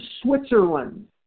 Switzerland